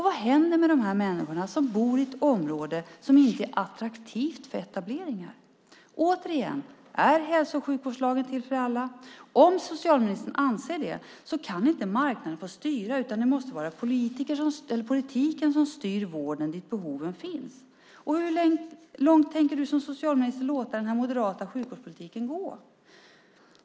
Vad händer med de människor som bor i ett område som inte är attraktivt för etableringar? Återigen: Är hälso och sjukvårdslagen till för alla? Om socialministern anser det kan inte marknaden få styra, utan det måste vara politiken som styr vården dit behoven finns. Hur långt tänker socialministern låta den moderata sjukvårdspolitiken gå?